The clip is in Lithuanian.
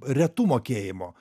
retu mokėjimo